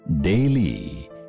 daily